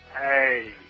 Hey